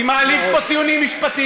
כי הם מעלים פה טיעונים משפטיים,